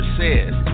says